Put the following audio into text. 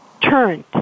turned